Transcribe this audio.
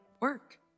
work